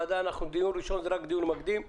דיון ראשון זה רק דיון מקדים.